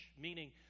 meaning